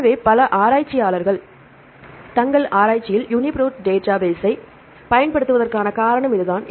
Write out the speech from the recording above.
எனவே பல ஆராய்ச்சியாளர்கள் தங்கள் ஆராய்ச்சியில் யூனிபிரோட் டேட்டாபேஸைப் பயன்படுத்துவதற்கான காரணம் இதுதான்